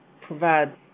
provide